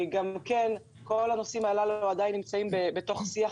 כל הנושאים הללו עדיין נמצאים בשיח,